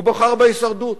הוא בחר בהישרדות,